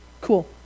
cool